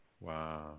Wow